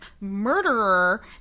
murderer